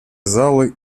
залы